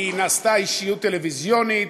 היא נעשתה אישיות טלוויזיונית.